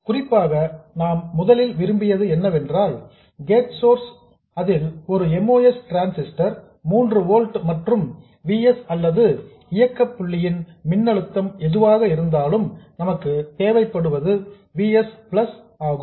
குறிப்பாக நாம் முதலில் விரும்பியது என்னவென்றால் கேட் சோர்ஸ் ல் ஒரு MOS டிரான்ஸிஸ்டர் 3 ஓல்ட்ஸ் மற்றும் V s அல்லது இயக்கப் புள்ளியின் மின்னழுத்தம் எதுவாக இருந்தாலும் நமக்கு தேவைப்படுவது V s பிளஸ் ஆகும்